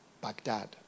Baghdad